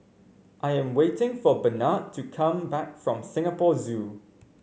I am waiting for Barnard to come back from Singapore Zoo